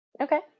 Okay